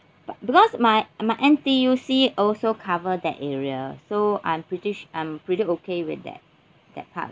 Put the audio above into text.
but because my my N_T_U_C also cover that area so I'm pretty su~ I'm pretty okay with that that part lah